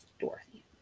dorothy